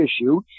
issue